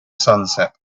sunset